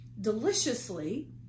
deliciously